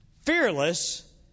fearless